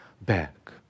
back